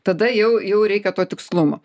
tada jau jau reikia to tikslumo